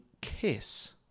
KISS